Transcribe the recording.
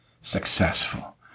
successful